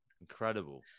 incredible